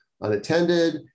unattended